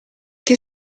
che